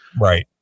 Right